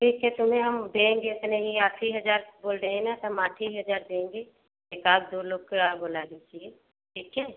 ठीक है तुम्हें हम देंगे इतने ही आठ ही हजार तो बोल रहे हैं न तो हम आठ ही हजार देंगे एकाध दो लोग के और बोला लीजिए ठीक है